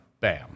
BAM